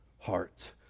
heart